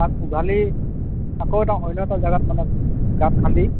তাক উঘালি আকৌ এটা অন্য এটা জেগাত মানে গাঁত খান্দি